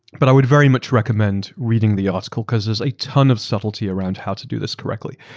but i would very much recommend reading the article cause there's a ton of subtlety around how to do this correctly.